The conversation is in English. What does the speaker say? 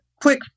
quick